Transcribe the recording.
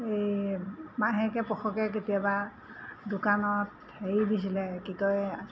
এই মাহেকে পশকে কেতিয়াবা দোকানত হেৰি দিছিলে কি কয়